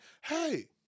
hey